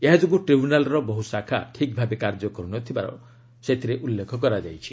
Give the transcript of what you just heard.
ଏହା ଯୋଗୁଁ ଟ୍ରିବ୍ୟୁନାଲର ବହୁ ଶାଖା ଠିକ୍ ଭାବେ କାର୍ଯ୍ୟ କରୁନଥିବାର ସେଥିରେ ଉଲ୍ଲେଖ କରାଯାଇଛି